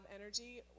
energy